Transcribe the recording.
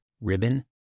ribbon